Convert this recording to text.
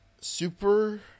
super